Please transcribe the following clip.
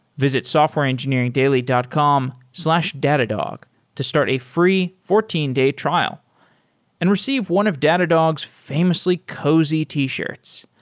visit softwareengineeringdaily dot com slash datadog to start a free fourteen day trial and receive one of datadog's famously cozy t-shirts.